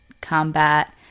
combat